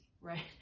right